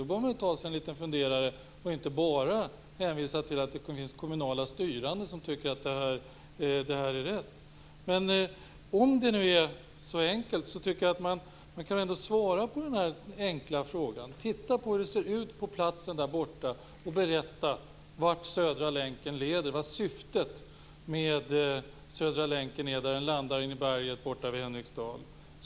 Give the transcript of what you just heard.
Då bör han ta sig en liten funderare och inte bara hänvisa till att det finns kommunala styrande som tycker att detta är rätt. Om det nu är så enkelt borde Hans Stenberg kunna svara på mina frågor. Titta på hur det ser ut på plats och berätta vart Södra länken leder! Vad är syftet med Södra länken när den landar i berget borta vid Henriksdal?